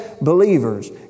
believers